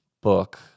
book